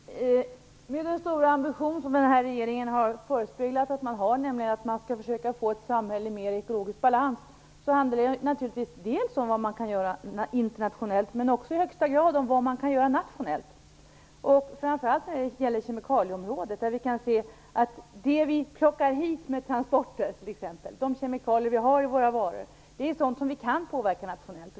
Herr talman! Med den stora ambition som den här regeringen har förespeglat att den har, nämligen att man skall försöka få ett samhälle i mer ekologisk balans, handlar det naturligtvis om vad man kan göra internationellt, men också i högsta grad om vad man kan göra nationellt. Framför allt på kemikalieområdet kan vi se att det vi plockar hit med transporter, t.ex. de kemikalier vi har i våra varor, är sådant som vi kan påverka nationellt.